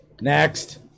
Next